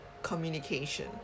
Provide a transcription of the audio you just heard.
communication